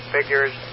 Figures